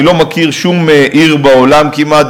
אני לא מכיר שום עיר בעולם כמעט,